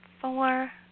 four